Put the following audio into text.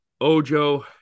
Ojo